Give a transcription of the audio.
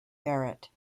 barrett